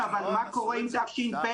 נכון, אבל מה קורה עם תש"ף?